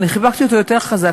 ואני חיבקתי אותו יותר חזק,